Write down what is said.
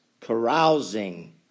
carousing